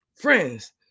Friends